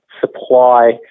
supply